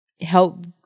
help